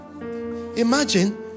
imagine